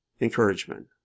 encouragement